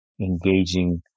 engaging